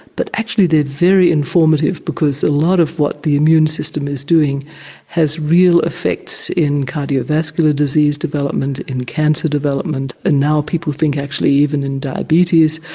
but actually they're very informative, because a lot of what the immune system is doing has real effects in cardiovascular disease development, in cancer development and now people think actually even in diabetes.